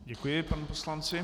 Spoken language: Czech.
Děkuji panu poslanci.